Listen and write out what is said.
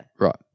Right